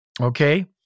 Okay